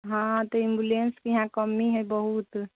हँ तऽ एम्बुलेंसके यहाँ कमी हइ बहुत